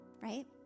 right